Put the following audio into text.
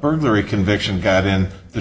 burglary conviction got in the